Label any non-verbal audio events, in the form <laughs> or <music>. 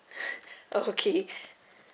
<laughs> okay